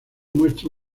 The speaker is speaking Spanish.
muestra